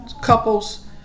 couples